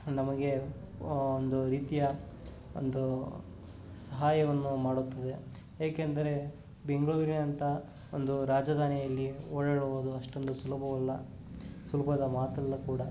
ನಮಗೆ ಒಂದು ರೀತಿಯ ಒಂದು ಸಹಾಯವನ್ನು ಮಾಡುತ್ತದೆ ಏಕೆಂದರೆ ಬೆಂಗಳೂರಿನಂಥ ಒಂದು ರಾಜಧಾನಿಯಲ್ಲಿ ಓಡಾಡುವುದು ಅಷ್ಟೊಂದು ಸುಲಭವಲ್ಲ ಸುಲಭದ ಮಾತಲ್ಲ ಕೂಡ